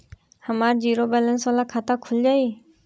हमार zero balance वाला खाता खुल जाई?